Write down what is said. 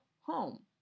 home